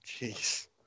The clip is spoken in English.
jeez